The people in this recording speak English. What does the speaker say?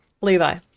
Levi